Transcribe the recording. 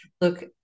Look